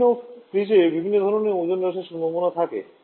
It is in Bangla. বিভিন্ন ফ্রিজে বিভিন্ন ধরণের ওজোন হ্রাসের সম্ভাবনা থাকে